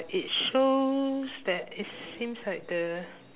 it shows that it seems like the